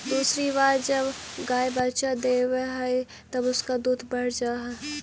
दूसरी बार जब गाय बच्चा देवअ हई तब उसका दूध बढ़ जा हई